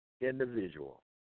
individual